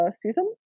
season